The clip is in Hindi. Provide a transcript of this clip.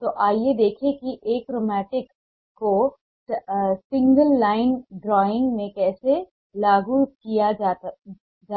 तो आइए देखें कि अक्रोमेटिक ग्रे को सिंगल लाइन ड्राइंग में कैसे लागू किया जा